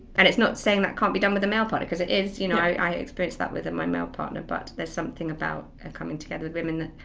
and it's not saying that can't be done with the male part because it is. you know i experienced that with my male partner but there's something about ah coming together with women,